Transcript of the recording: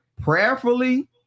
Prayerfully